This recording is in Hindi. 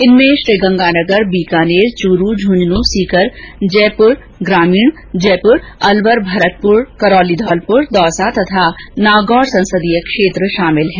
इनमें गंगानगर बीकानेर चुरू झुंझुंनू सीकर जयपुर ग्रामीण जयपुर अलवर भरतपुर करौली धोलपुर दौसा तथा नागौर संसदीय क्षेत्र शामिल हैं